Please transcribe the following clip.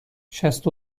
شصت